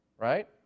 right